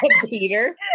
Peter